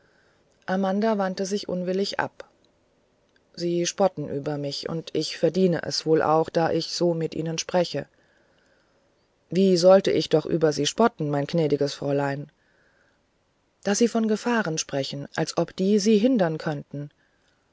amanda wandte sich unwillig ab sie spotten über mich und ich verdiene es wohl auch da ich so mit ihnen spreche wie sollte ich doch über sie spotten mein gnädiges fräulein da sie von gefahren sprechen als ob die sie hindern könnten